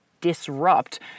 disrupt